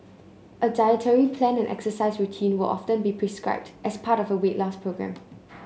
a dietary plan and exercise routine will often be prescribed as part of a weight loss programme